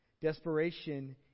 Desperation